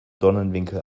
dornenwinkel